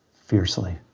fiercely